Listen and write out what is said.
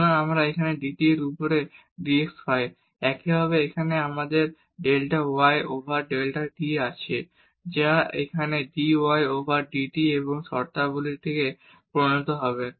সুতরাং আমরা এখানে dt এর উপরে dx পাই একইভাবে এখানে আবার আমাদের delta y over delta t আছে যা এখানে dy ওভার dt এবং এই শর্তাবলীতে পরিণত হবে